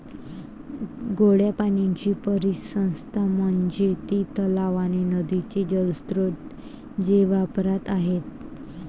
गोड्या पाण्याची परिसंस्था म्हणजे ती तलाव आणि नदीचे जलस्रोत जे वापरात आहेत